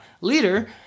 leader